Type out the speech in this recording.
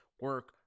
Work